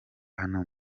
hano